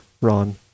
Ron